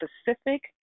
specific